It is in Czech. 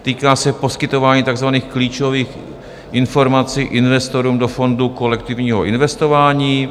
Týká se poskytování takzvaných klíčových informací investorům do fondu kolektivního investování.